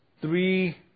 Three